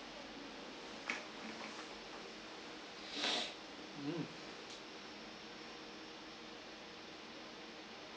mm